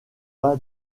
pas